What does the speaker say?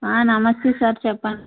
నమస్తే సార్ చెప్పండి